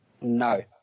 No